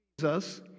Jesus